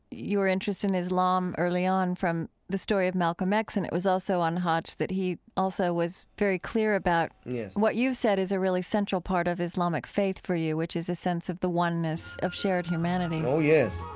your interest in islam early on from the story of malcolm x, and it was also on hajj that he also was very clear about what you've said is a really central part of islamic faith for you, which is a sense of the oneness of shared humanity oh, yes